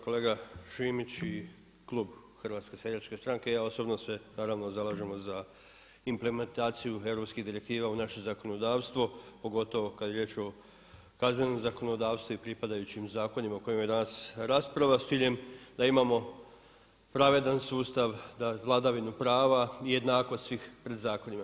Kolega Šimić, i klub HSS-a i ja osobno se naravno zalažem implementaciju europskih direktiva u naše zakonodavstvo, pogotovo kad je riječ o kaznenom zakonodavstvu i pripadajućim zakonima o kojima je danas rasprava s ciljem da imamo pravedan sustav, vladavinu prava i jednakost svih pred zakonima.